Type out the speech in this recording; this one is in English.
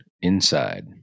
inside